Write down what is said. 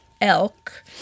elk